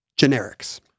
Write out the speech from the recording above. generics